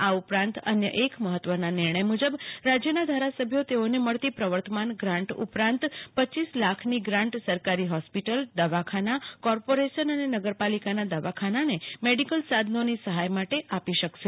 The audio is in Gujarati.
આ ઉપરાંત અન્ય એક મહત્વના નિર્ણય મુજબ રાજ્યના ધારાસભ્યો ટીઓને મળતી પ્રવર્તમાન ગ્રાન્ટ ઉપરાંત રપ લાખની ગ્રાન્ટ સરકારી હોસ્પિટલદવાખાનાકોર્પોરેશન અને નગરપાલિકાના દવાખાના ને મેડીકલ સાધનોની સહાય માટે આપી શકાશે